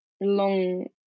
long